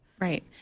Right